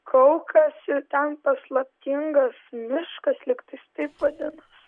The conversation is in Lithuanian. kaukas ir ten paslaptingas miškas lygtais taip vadinas